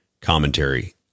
commentary